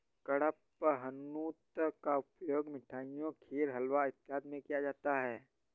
कडपहनुत का उपयोग मिठाइयों खीर हलवा इत्यादि में किया जाता है